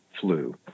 flu